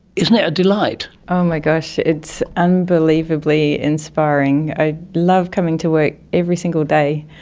isn't it a delight. oh my gosh, it's unbelievably inspiring. i love coming to work every single day.